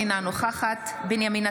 אינה נוכחת בנימין נתניהו,